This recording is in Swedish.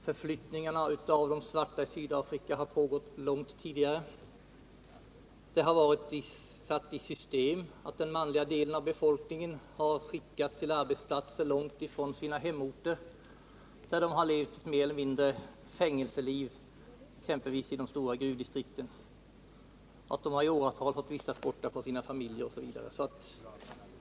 Förflyttningar av de svarta i Sydafrika har skett långt tidigare. Det har satts i system att den manliga delen av befolkningen har skickats till arbetsplatser långt ifrån sina hemorter. De harlevt ett mer eller mindre fängelseliknande liv, t.ex. i de stora gruvdistrikten. De har i åratal fått vistas borta från sina familjer.